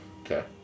Okay